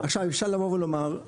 עכשיו אפשר לבוא ולומר,